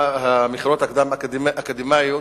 המכינות הקדם-אקדמיות,